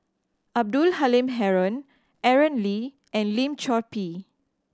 Abdul Halim Haron Aaron Lee and Lim Chor Pee